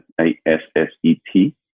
A-S-S-E-T